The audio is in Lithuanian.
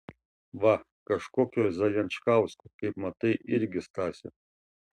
va kažkokio zajančkausko kaip matai irgi stasio